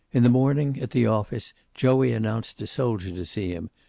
in the morning, at the office, joey announced a soldier to see him,